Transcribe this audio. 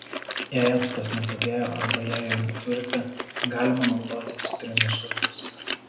jei actas nepadėjo arba jei jo neturite galima naudoti citrinų sultis